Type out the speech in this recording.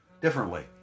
differently